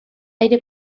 aire